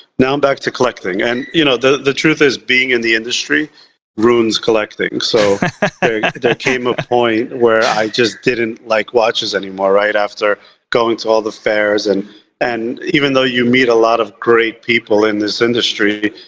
now i'm back to collecting. and you know, the the truth is, being in the industry ruins collecting! so there came a point where i just didn't like watches anymore, right? after going to all the fair, and and even though you meet a lot of great people in this industry,